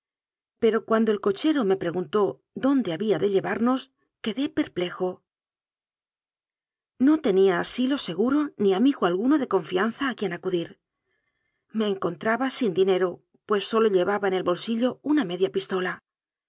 pero cuando el cochero me pre guntó lónde había de llevamos quedé perplejo no tenía asilo seguro ni amigo alguno de confian za a quien acudir me encontraba sin dinero pues sólo llevaba en el bolsillo una media pistola